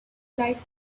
life